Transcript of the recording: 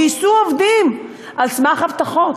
גייסו עובדים על סמך הבטחות,